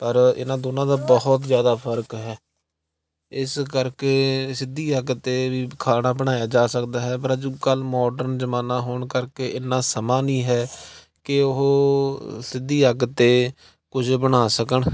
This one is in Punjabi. ਪਰ ਇਹਨਾਂ ਦੋਨਾਂ ਦਾ ਬਹੁਤ ਜ਼ਿਆਦਾ ਫਰਕ ਹੈ ਇਸ ਕਰਕੇ ਸਿੱਧੀ ਅੱਗ 'ਤੇ ਵੀ ਖਾਣਾ ਬਣਾਇਆ ਜਾ ਸਕਦਾ ਹੈ ਪਰ ਅੱਜ ਕੱਲ੍ਹ ਮੌਡਰਨ ਜ਼ਮਾਨਾ ਹੋਣ ਕਰਕੇ ਇੰਨਾਂ ਸਮਾਂ ਨਹੀਂ ਹੈ ਕਿ ਉਹ ਸਿੱਧੀ ਅੱਗ 'ਤੇ ਕੁਝ ਬਣਾ ਸਕਣ